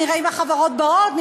נראה אם החברות באות,